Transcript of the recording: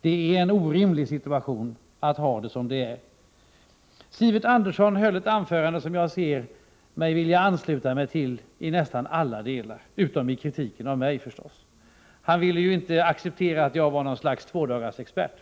Det är en orimlig situation att ha det som nu. Sivert Andersson höll ett anförande som jag kan ansluta mig till i nästan alla delar — utom i fråga om kritiken av mig förstås. Han ville ju inte acceptera att jag var något slags tvådagarsexpert.